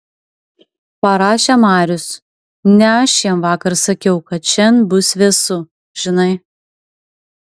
parašė marius ne aš jam vakar sakiau kad šian bus vėsu žinai